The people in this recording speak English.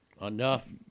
enough